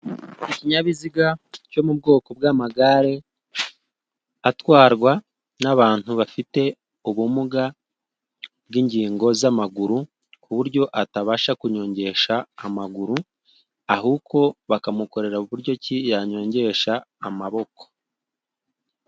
Ikinyabiziga cyo mu bwoko bw'amagare atwarwa n'abantu bafite ubumuga bw'ingingo z'amaguru, ku buryo atabasha kunyongesha amaguru, ahubwo bakamukorera buryo ki yanyongesha amaboko.